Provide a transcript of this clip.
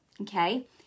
okay